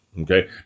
okay